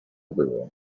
było